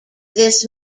this